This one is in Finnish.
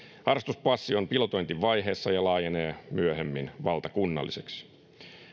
harrastuspassi on pilotointivaiheessa ja laajenee myöhemmin valtakunnalliseksi